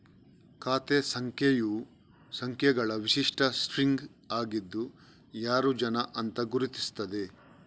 ಖಾತೆ ಸಂಖ್ಯೆಯು ಸಂಖ್ಯೆಗಳ ವಿಶಿಷ್ಟ ಸ್ಟ್ರಿಂಗ್ ಆಗಿದ್ದು ಯಾರು ಜನ ಅಂತ ಗುರುತಿಸ್ತದೆ